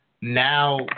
Now